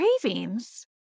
cravings